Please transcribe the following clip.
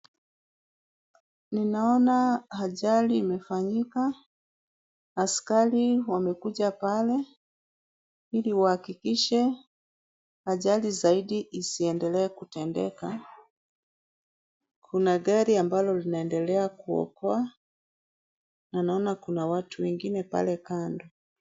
Ninaona ajali imefanyika. Askari wamekuja pale ili wahakikishe ajali zaidi isiendelee kutendeka. Kuna gari ambalo linaendelea kuokoa na naona kuna watu wengine pale kando.